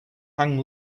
hung